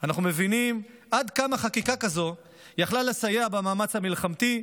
אנחנו מבינים עד כמה חקיקה כזו יכלה לסייע במאמץ המלחמתי,